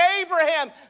Abraham